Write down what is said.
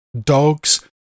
dogs